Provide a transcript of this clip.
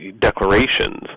Declarations